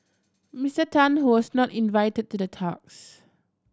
Mister Tan who was not invited to the talks